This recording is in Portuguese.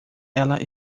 ela